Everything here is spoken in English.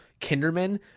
Kinderman